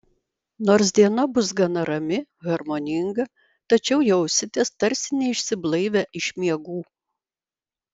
nors diena bus gana rami harmoninga tačiau jausitės tarsi neišsiblaivę iš miegų